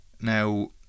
Now